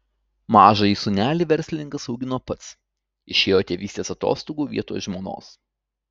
mažąjį sūnelį verslininkas augino pats išėjo tėvystės atostogų vietoj žmonos